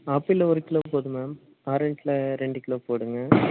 apple ஒரு kilo போதும் ma'am ஆரஞ்சில் ரெண்டு கிலோ போடுங்க